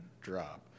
drop